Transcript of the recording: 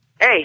Hey